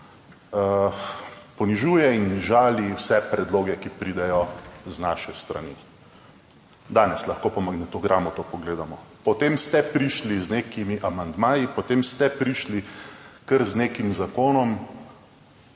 ponižuje in žali vse predloge, ki pridejo z naše strani. Danes lahko po magnetogramu to pogledamo. Potem ste prišli z nekimi amandmaji, potem ste prišli kar z nekim zakonom